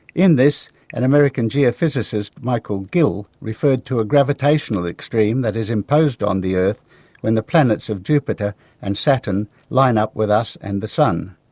in this an american geophysicist, michael ghil, referred to a gravitational extreme that is imposed on the earth when the planets of jupiter and saturn line up with us and the sun.